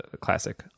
classic